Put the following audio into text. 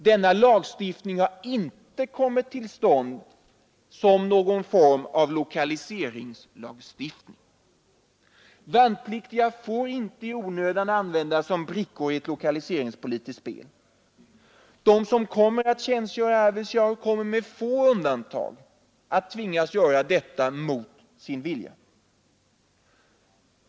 Denna lagstiftning har inte kommit till stånd som någon form av lokaliseringslagstiftning. Värnpliktiga får inte i onödan användas som brickor i ett lokaliseringspolitiskt spel. De som kommer att tjänstgöra i Arvidsjaur kommer med få undantag att tvingas göra detta mot sin vilja.